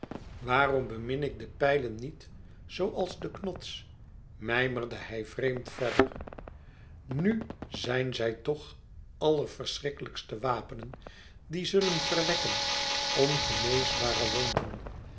waarom bemin ik de pijlen niet zoo als de knots mijmerde hij vreemd verder nù zijn zij toch allerverschrikkelijkste wapenen die zullen verwekken ongeneesbare wonden